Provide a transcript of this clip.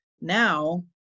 now